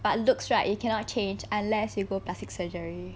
but looks right you cannot change unless you go plastic surgery